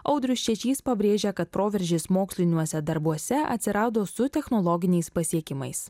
audrius čečys pabrėžia kad proveržis moksliniuose darbuose atsirado su technologiniais pasiekimais